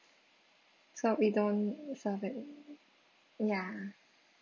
so we don't serve it ya